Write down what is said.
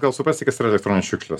gal suprasti kas yra elektroninės šiukšlės